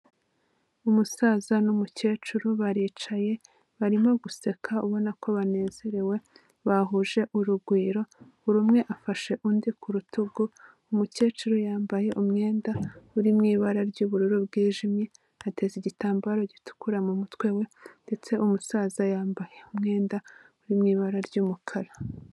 Umusaza n'umukecuru baricaye, barimo guseka ubona ko banezerewe, bahuje urugwiro, buri umwe afashe undi ku rutugu, umukecuru yambaye umwenda uri mu ibara ry'ubururu bwijimye, ateza igitambaro gitukura mu mutwe we ndetse umusaza yambaye umwenda uri mu ibara ry'umukara.